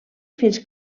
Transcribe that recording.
fins